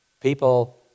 People